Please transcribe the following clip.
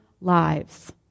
lives